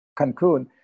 Cancun